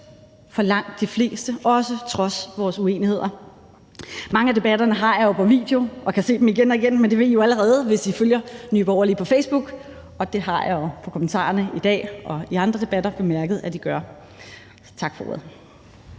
for langt de fleste, også trods vores uenigheder. Mange af debatterne har jeg jo på video og kan se igen og igen, men det ved I jo allerede, hvis I følger Nye Borgerlige på Facebook, og det har jeg jo på kommentarerne i dag og i andre debatter kunnet mærke at I gør. Tak for ordet.